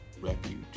refuge